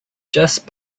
just